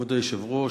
כבוד היושב-ראש,